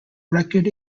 record